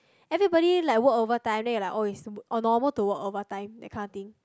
everybody like work overtime then you like oh it's like normal to work overtime that kind of thing